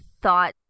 thought